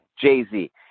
Jay-Z